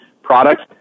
Product